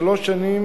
שלוש שנים